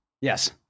Yes